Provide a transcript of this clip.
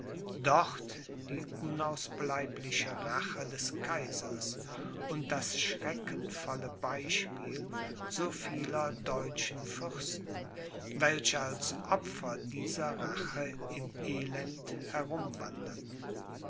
dort die unausbleibliche rache des kaisers und das schreckenvolle beispiel so vieler deutschen fürsten welche als opfer dieser rache im elend